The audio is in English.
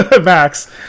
Max